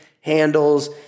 handles